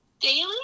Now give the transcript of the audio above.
Daily